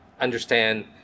understand